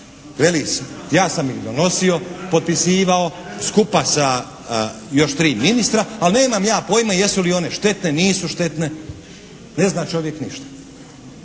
ja sam ih donosio, potpisivao, skupa sa još 3 ministra, ali nemam ja pojma jesu li one štetne, nisu štetne. Ne zna čovjek ništa.